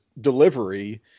delivery